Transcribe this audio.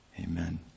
Amen